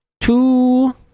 two